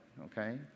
okay